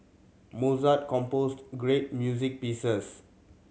Mozart composed great music pieces